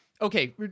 okay